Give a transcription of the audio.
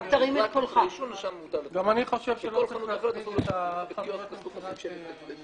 רוב החנויות שנכנסתי אליהן, הן